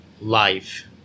life